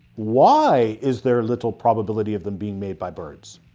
why is there little probability of them being made by birds?